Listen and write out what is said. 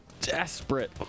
desperate